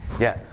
yeah.